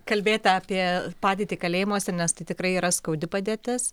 kalbėti apie padėtį kalėjimuose ir nes tai tikrai yra skaudi padėtis